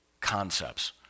concepts